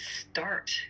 start